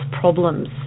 problems